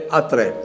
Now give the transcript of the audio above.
atre